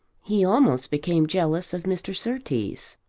he almost became jealous of mr. surtees.